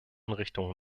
richtung